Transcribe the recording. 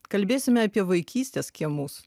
kalbėsime apie vaikystės kiemus